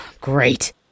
Great